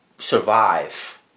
survive